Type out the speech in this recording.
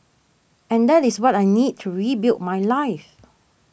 and that is what I need to rebuild my life